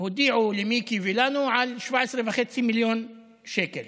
הודיעו למיקי ולנו על 17.5 מיליון שקל.